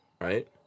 right